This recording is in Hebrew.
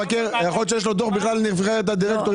יכול להיות שיש למבקר דוח על נבחרת הדירקטורים,